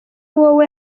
wowe